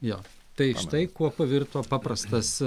jo tai štai kuo pavirto paprastas